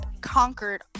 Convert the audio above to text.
conquered